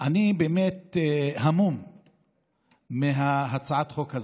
אני באמת המום מהצעת החוק הזאת.